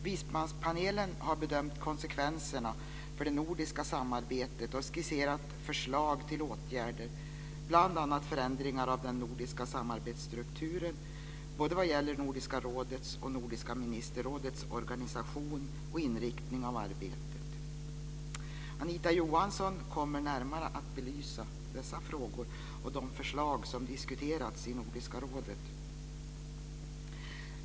Vismanspanelen har bedömt konsekvenserna för det nordiska samarbetet och skisserat förslag till åtgärder, bl.a. förändringar av den nordiska samarbetsstrukturen både vad gäller Nordiska rådets och Nordiska ministerrådets organisation och inriktning av arbetet. Anita Johansson kommer närmare att belysa dessa frågor och de förslag som diskuterats i Nordiska rådet.